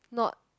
not